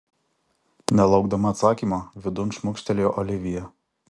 nelaukdama atsakymo vidun šmukštelėjo olivija